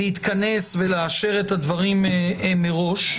להתכנס ולאשר את הדברים מראש.